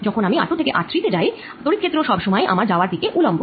যখন আমি r2 থেকে r3 এ যাই তড়িৎ ক্ষেত্র সব সময়েই আমার যাওয়ার দিকের উলম্ব